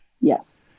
Yes